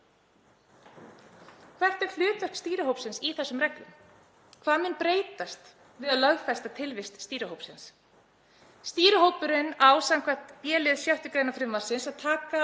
Hvert er hlutverk stýrihópsins í þessum reglum? Hvað mun breytast við að lögfesta tilvist stýrihópsins? Stýrihópurinn á samkvæmt b-lið 6. gr. frumvarpsins að taka